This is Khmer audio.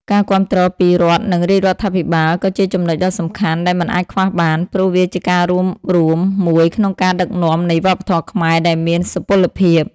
ការគាំទ្រពីរដ្ឋនិងរាជដ្ឋាភិបាល ក៏ជាចំនុចដ៏សំខាន់ដែលមិនអាចខ្វះបាន ព្រោះវាជាការរួបរួមមួយក្នុងការដឹកនាំនៃវប្បធម៌ខ្មែរដែលមានសុពលភាព។